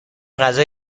غذای